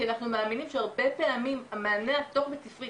כי אנחנו מאמינים שהרבה פעמים המענה התוך בית ספרי